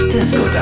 Disco